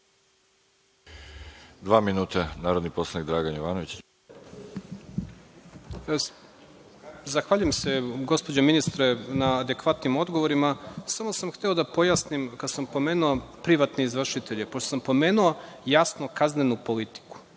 Dva minuta, narodni poslanik Dragan Jovanović. **Dragan Jovanović** Zahvaljujem se, gospođo ministre, na adekvatnim odgovorima. Samo sam hteo da pojasnim kada sam pomenuo privatne izvršitelje, pošto sam pomenuo jasno kaznenu politiku